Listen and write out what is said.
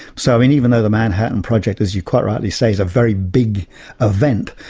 so even though the manhattan project, as you quite rightly say, is a very big event,